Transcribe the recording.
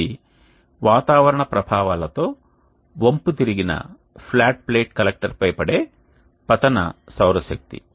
ఇది వాతావరణ ప్రభావాలతో వంపుతిరిగిన ఫ్లాట్ ప్లేట్ కలెక్టర్పై పడే పతన సౌరశక్తి